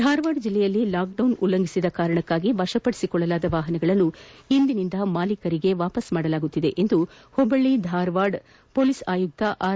ಧಾರವಾಡ ಜಿಲ್ಲೆಯಲ್ಲಿ ಲಾಕ್ಡೌನ್ ಉಲ್ಲಂಘಿಸಿದ ಕಾರಣಕ್ಕಾಗಿ ವಶಪಡಿಸಿಕೊಳ್ಳಲಾದ ವಾಹನಗಳನ್ನು ಇಂದಿನಿಂದ ಮಾಲೀಕರಿಗೆ ಹಿಂತಿರುಗಿಸಲಾಗುತ್ತಿದೆ ಎಂದು ಹುಬ್ಬಳ್ಳಿ ಧಾರವಾಡ ಹೊಲೀಸ್ ಆಯುಕ್ತ ಆರ್